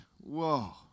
whoa